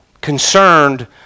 concerned